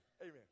amen